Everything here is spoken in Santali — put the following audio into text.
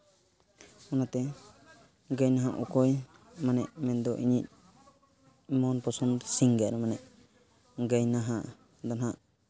ᱚᱱᱟᱛᱮ ᱜᱟᱭᱱᱟᱦᱟ ᱚᱠᱚᱭ ᱢᱟᱱᱮ ᱢᱮᱱᱫᱚ ᱤᱧ ᱧᱤᱡ ᱢᱚᱱ ᱯᱚᱥᱚᱫᱽ ᱥᱤᱝᱜᱟᱨ ᱢᱟᱱᱮ ᱜᱟᱭᱱᱟᱦᱟ ᱫᱚ ᱦᱟᱸᱜ